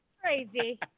crazy